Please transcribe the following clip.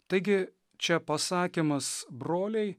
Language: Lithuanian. taigi čia pasakymas broliai